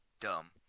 dumb